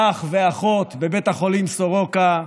אח ואחות בבית החולים סורוקה.